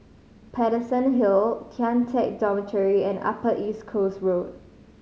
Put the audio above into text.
Paterson Hill Kian Teck Dormitory and Upper East Coast Road